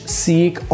seek